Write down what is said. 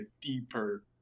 deeper